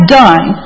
done